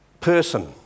person